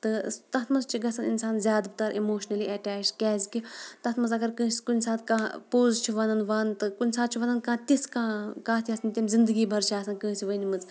تہٕ تَتھ منٛز چھِ گژھان اِنسان زیادٕتر اِموشنٔلی اٹیچ کیٛازِکہِ تَتھ منٛز اگر کٲنٛسہِ کُنہِ ساتہٕ کانٛہہ پوٚز چھِ وَنان ونتہٕ کُنہِ ساتہٕ چھِ وَنان کانٛہہ تِژھ کانٛہہ کَتھ یۄس نہٕ تمہِ زندگی بھر چھِ آسان کٲنٛسہِ ؤنۍ مٕژ